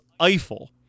Eiffel